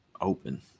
open